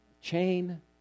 chain